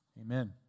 Amen